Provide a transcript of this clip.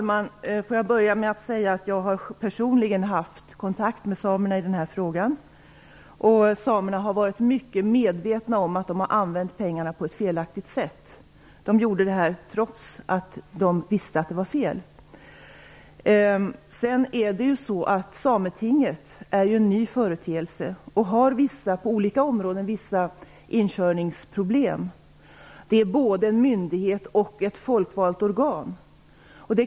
Herr talman! Jag har personligen haft kontakt med samerna i den här frågan. Samerna har varit mycket medvetna om att de har använt pengarna på ett felaktigt sätt. De gjorde detta trots att de visste att det var fel. Sametinget är ju en ny företeelse och har vissa inkörningsproblem på olika områden. Det är både en myndighet och ett folkvalt organ.